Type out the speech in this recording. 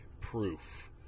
Proof